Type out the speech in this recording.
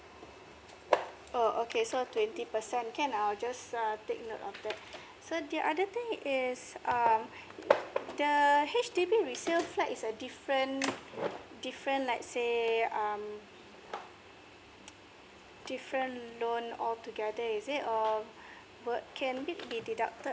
oh okay so twenty percent can I'll just uh take note of that so the other thing is uh the H_D_B resale flat is a different different let's say um different loan all together is it err would can it be deducted